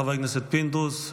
חבר הכנסת פינדרוס,